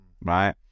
right